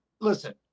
listen